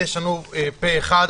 אז יש לנו פה אחד.